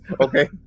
okay